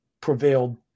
prevailed